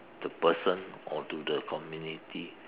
the person or to the community